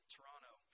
Toronto